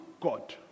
God